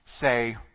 say